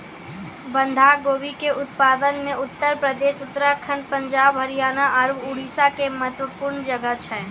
बंधा गोभी के उत्पादन मे उत्तर प्रदेश, उत्तराखण्ड, पंजाब, हरियाणा आरु उड़ीसा के महत्वपूर्ण जगह छै